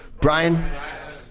Brian